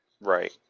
Right